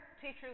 teacher